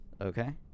Okay